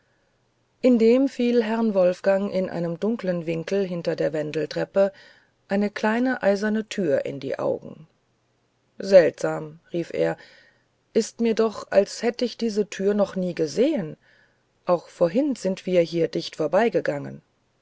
indem fiel herrn wolfgang in einem dunkeln winkel hinter der wendeltreppe eine kleine eiserne tür in die augen seltsam rief er ist mir doch als hätt ich diese tür noch nie gesehen auch vorhin sind wir hier dicht vorbeigegangen